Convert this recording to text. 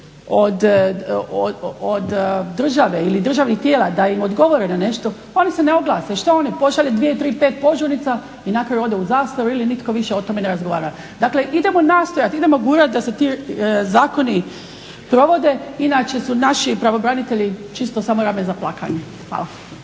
od države ili državnih tijela da im odgovore na nešto oni se ne oglase. Što oni? Pošalju dvije, tri, pet požurnica i na kraju ode u zastaru ili nitko više o tome ne razgovara. Dakle, idemo nastojati, idemo gurati da se ti zakoni provode inače su naši pravobranitelji čisto samo rame za plakanje. Hvala.